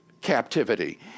captivity